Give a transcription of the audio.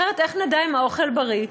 אחרת איך נדע אם האוכל בריא?